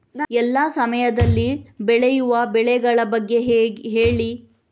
ಎಲ್ಲಾ ಸಮಯದಲ್ಲಿ ಬೆಳೆಯುವ ಬೆಳೆಗಳ ಬಗ್ಗೆ ಹೇಳಿ